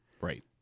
Right